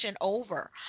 over